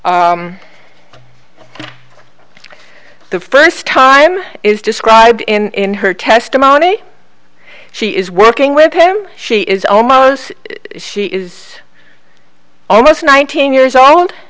the first time is described in her testimony she is working with him she is almost she is almost nineteen years old